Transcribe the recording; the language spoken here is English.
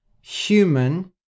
Human